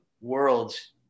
worlds